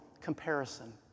comparison